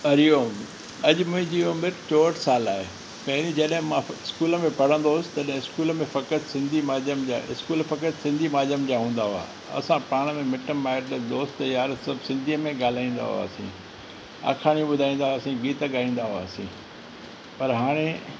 हरिओम अॼु मुंहिंजी उमिरि चोहठि साल आहे पहिरीं जॾहिं मां स्कुल में पढ़ंदो हुउसि तॾहिं स्कुल में फ़क़्ति सिंधी माध्यम जा स्कुल फ़क़्ति सिंधी माध्यम जा हूंदा हुआ असां पाण में मिट माइट दोस्त यार सभु सिंधीअ में ॻाल्हाईंदा हुआसीं आखाणी ॿुधाईंदा हुआसीं गीत ॻाईंदा हुआसीं पर हाणे